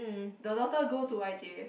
the daughter go to y_j